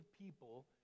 people